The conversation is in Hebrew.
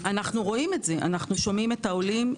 אנחנו רואים את זה, אנחנו שומעים את העולים.